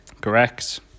Correct